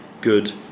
good